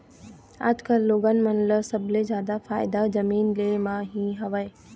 आजकल लोगन मन ल सबले जादा फायदा जमीन ले म ही हवय